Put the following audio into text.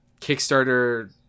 Kickstarter